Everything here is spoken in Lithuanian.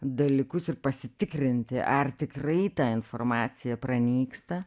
dalykus ir pasitikrinti ar tikrai ta informacija pranyksta